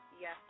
Yes